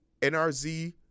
NRZ